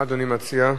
מה אדוני מציע?